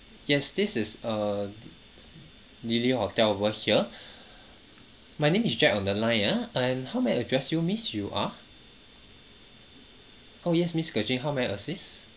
yes this is uh neely hotel over here my name is jack on the line ah and how may I address you miss you are oh yes miss goh ching how may I assist